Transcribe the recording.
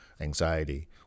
anxiety